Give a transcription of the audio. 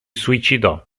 suicidò